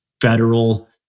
federal